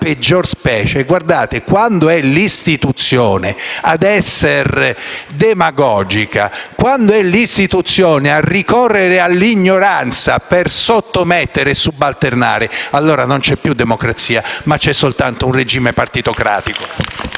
peggior specie. Vi ricordo che quando è l'istituzione a essere demagogica e a ricorrere all'ignoranza per sottomettere e subalternare, allora non c'è più democrazia ma soltanto un regime partitocratico.